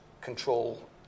control